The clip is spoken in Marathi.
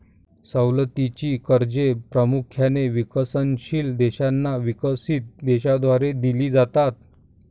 सवलतीची कर्जे प्रामुख्याने विकसनशील देशांना विकसित देशांद्वारे दिली जातात